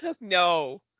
No